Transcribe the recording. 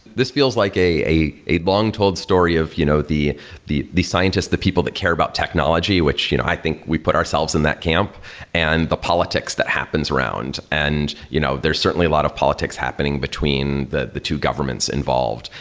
this feels like a a long told story of you know the the scientist, the people that care about technology, which you know i think we put ourselves in that camp and the politics that happens around. and you know there's certainly a lot of politics happening between the the two governments involved,